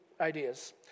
ideas